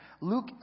Luke